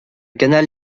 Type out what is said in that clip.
canal